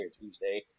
Tuesday